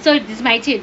so does my dear